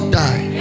die